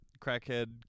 Crackhead